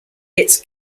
its